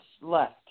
left